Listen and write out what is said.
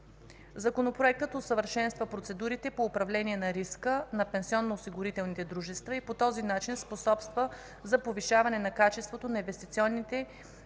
Законопроектът усъвършенства процедурите по управление на риска на пенсионноосигурителните дружества и по този начин способства за повишаване на качеството на инвестициите на